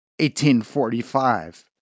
1845